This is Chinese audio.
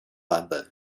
版本